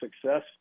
success